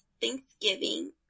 Thanksgiving